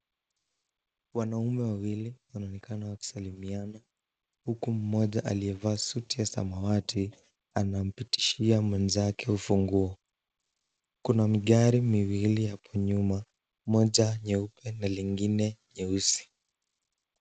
Wanaume wawili wanaonekana wakisalimiana huku mmoja aliyevaa suti ya samawati anampitishia mwenzake ufunguo. Kuna magari miwili hapo nyuma, moja nyeupe na lingine nyeusi.